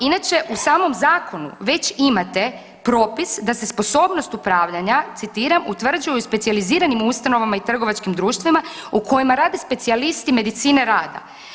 Inače u samom zakonu već imate propis da se sposobnost upravljanja, citiram: „utvrđuje u specijaliziranim ustanovama i trgovačkim društvima u kojima rade specijalisti medicine rada“